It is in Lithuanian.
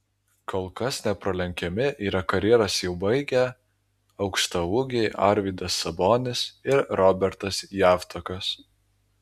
kol kas nepralenkiami yra karjeras jau baigę aukštaūgiai arvydas sabonis ir robertas javtokas